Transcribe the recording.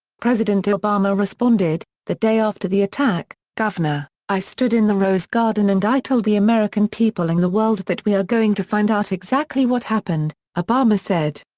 president obama responded, the day after the attack, governor, i stood in the rose garden and i told the american people and the world that we are going to find out exactly what happened, obama said.